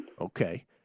Okay